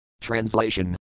Translation